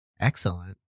Excellent